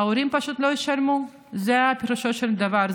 ההורים פשוט לא ישלמו, זה פירושו של דבר.